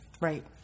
Right